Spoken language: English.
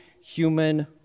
human